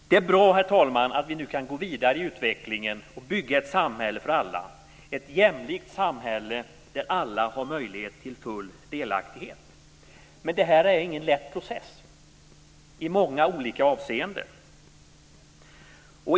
Det är bra, herr talman, att vi nu kan gå vidare i utvecklingen och bygga ett samhälle för alla, ett jämlikt samhälle där alla har möjlighet till full delaktighet. Men det här är ingen lätt process i många olika avseenden.